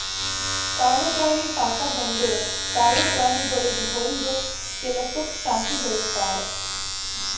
ಕಾಡು ಪ್ರಾಣಿ ಸಾಕದ್ ಅಂದುರ್ ಕಾಡು ಪ್ರಾಣಿಗೊಳಿಗ್ ಹೊಲ್ದು ಕೆಲಸುಕ್ ಸಾಕಿ ಬೆಳುಸ್ತಾರ್